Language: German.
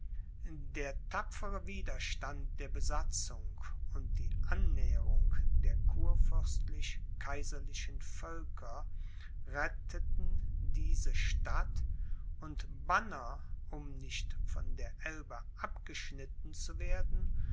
der tapfere widerstand der besatzung und die annäherung der kurfürstlichkaiserlichen völker retteten diese stadt und banner um nicht von der elbe abgeschnitten zu werden